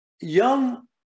young